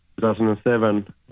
2007